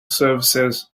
services